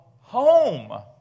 home